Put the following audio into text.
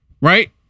right